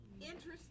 interesting